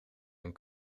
hun